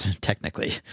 technically